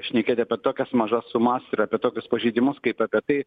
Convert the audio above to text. šnekėti apie tokias mažas sumas ir apie tokius pažeidimus kaip apie tai